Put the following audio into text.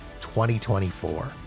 2024